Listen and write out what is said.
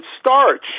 starch